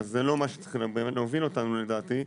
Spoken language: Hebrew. זה לא מה שצריך להוביל אותנו לדעתי.